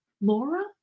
Laura